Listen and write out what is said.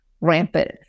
rampant